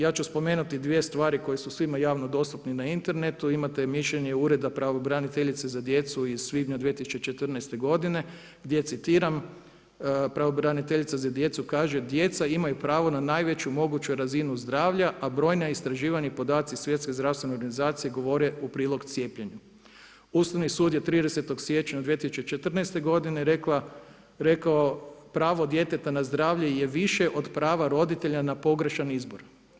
Ja ću spomenuti dvije stvari koje su svima javno dostupne na internetu, imate i mišljenje Ureda pravobraniteljice za djecu iz svibnja 2014. godine gdje citiram, pravobraniteljica za djecu kaže: „Djeca imaju pravo na najveću moguću razinu zdravlja, a brojna istraživanja i podaci Svjetske zdravstvene organizacije govore u prilog cijepljenju.“ Ustavni sud je 30. siječnja 2014. godine rekao: „Pravo djeteta na zdravlje je više od prava roditelja na pogrešan izbor.